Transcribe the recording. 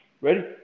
Ready